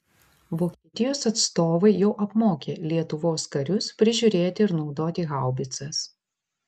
vokietijos atstovai jau apmokė lietuvos karius prižiūrėti ir naudoti haubicas